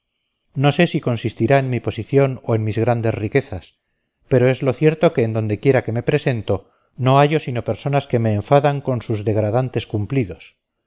no sé si consistirá en mi posición o en mis grandes riquezas pero es lo cierto que en donde quiera que me presento no hallo sino personas que me enfadan con sus degradantes cumplidos